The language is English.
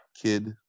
kid